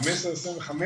חמש עשרה עד עשרים וחמש.